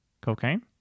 cocaine